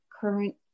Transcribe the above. current